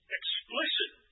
explicit